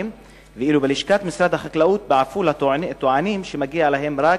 ואילו בלשכת משרד החקלאות בעפולה טוענים שמגיעים להם רק